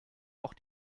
auch